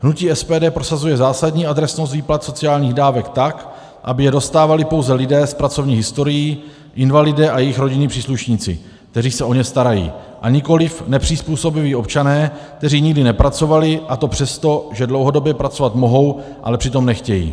Hnutí SPD prosazuje zásadní adresnost výplat sociálních dávek tak, aby je dostávali pouze lidé s pracovní historií, invalidé a jejich rodinní příslušníci, kteří se o ně starají, a nikoliv nepřizpůsobiví občané, kteří nikdy nepracovali, a to přesto, že dlouhodobě pracovat mohou, ale přitom nechtějí.